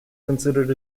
considered